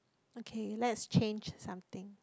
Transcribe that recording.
okay let's change something